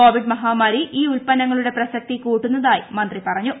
Covid മഹാമാരി ഈ ഉത്പന്നങ്ങളുടെ പ്രസക്തി കൂട്ടുന്നതായി മന്ത്രി പറഞ്ഞു